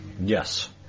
Yes